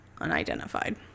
unidentified